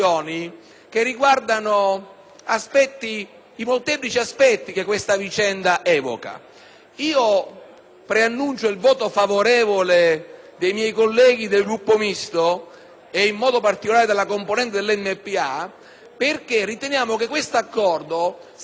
Preannuncio il voto favorevole dei miei colleghi del Gruppo Misto e, in modo particolare, della componente dell'MPA, perché riteniamo che quest'accordo si inserisca in modo coerente con il contenuto ed i principi della nostra Costituzione.